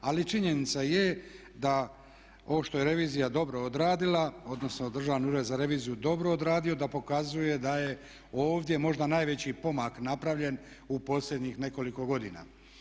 Ali činjenica je da ovo što je revizija dobro odradila odnosno Državni ured za reviziju dobro odradio da pokazuje da je ovdje možda najveći pomak napravljen u posljednjih nekoliko godina.